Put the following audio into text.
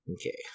Okay